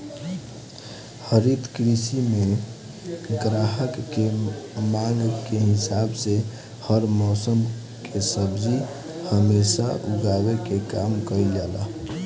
हरित गृह में ग्राहक के मांग के हिसाब से हर मौसम के सब्जी हमेशा उगावे के काम कईल जाला